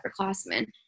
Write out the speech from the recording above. upperclassmen